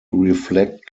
reflect